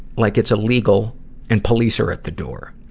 like it's illegal and police are at the door?